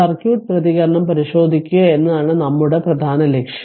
circuit പ്രതികരണം പരിശോധിക്കുക എന്നതാണ് നമ്മുടെ പ്രധാന ലക്ഷ്യം